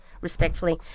respectfully